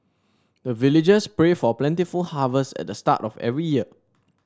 the villagers pray for plentiful harvest at the start of every year